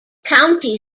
county